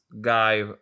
guy